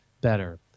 better